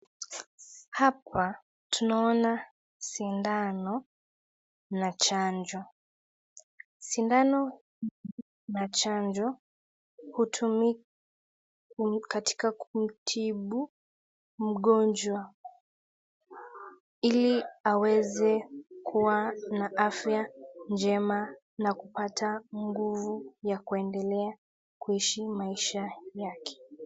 Hapa tunaona sindano na chanjo, sindano na chanjo utumika katika kutibu mgonjwa hili aweze kuwa na afya njema na kupata nguvu na kuendelea kuishi maisha yake.